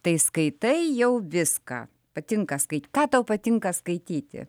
tai skaitai jau viską patinka skaityti ką tau patinka skaityti